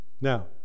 Now